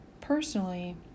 Personally